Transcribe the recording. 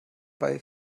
bei